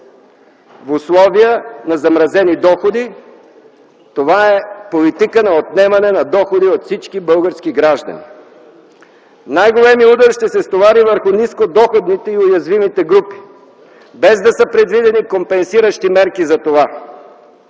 В условия на замразени доходи това е политика на отнемане на доходи от всички български граждани. Най-големият удар ще се стовари върху нискодоходните и уязвимите групи, без да са предвидени компенсиращи мерки за това.